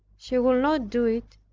she would not do it,